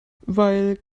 weil